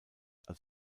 als